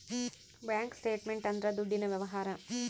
bank statement ಅಂದ್ರ ದುಡ್ಡಿನ ವ್ಯವಹಾರ